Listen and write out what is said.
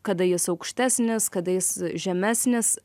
kada jis aukštesnis kada jis žemesnis